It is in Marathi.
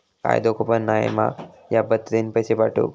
काय धोको पन नाय मा ह्या पद्धतीनं पैसे पाठउक?